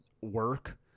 work